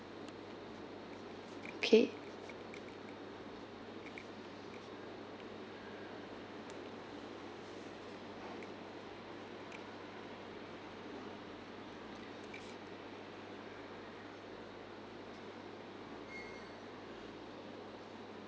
okay